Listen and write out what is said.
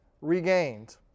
regained